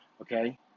okay